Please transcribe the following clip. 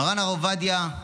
מרן הרב עובדיה,